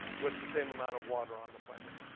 with the same amount of water on the planet.